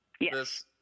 Yes